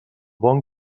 bon